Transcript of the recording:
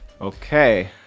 Okay